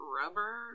Rubber